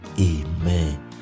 Amen